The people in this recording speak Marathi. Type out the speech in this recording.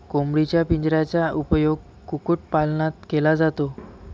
कोंबडीच्या पिंजऱ्याचा उपयोग कुक्कुटपालनात केला जातो